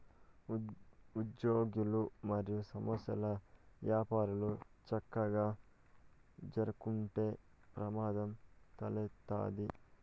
ఉజ్యోగులు, మరియు సంస్థల్ల యపారాలు సక్కగా జరక్కుంటే ప్రమాదం తలెత్తతాది